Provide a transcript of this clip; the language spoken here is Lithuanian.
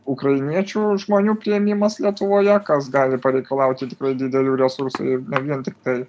ukrainiečių žmonių priėmimas lietuvoje kas gali pareikalauti tikrai didelių resursų ir ne vien tiktai